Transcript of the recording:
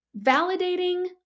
Validating